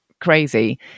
crazy